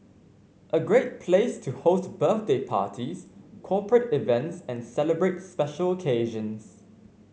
a great place to host birthday parties corporate events and celebrate special occasions